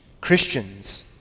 Christians